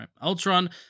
Ultron